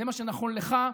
זה מה שנכון לך,